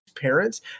parents